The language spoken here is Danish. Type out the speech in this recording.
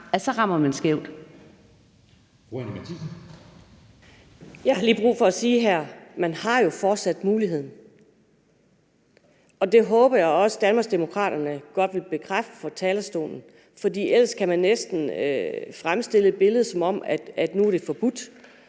Anni Matthiesen (V): Jeg har lige brug for at sige her, at man jo fortsat har muligheden. Det håber jeg også Danmarksdemokraterne godt vil bekræfte fra talerstolen, for ellers kan man næsten fremstille et billede af, at nu er det forbudt.